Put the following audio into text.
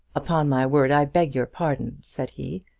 upon my word, i beg your pardon, said he,